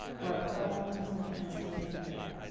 who are helping with the transition there,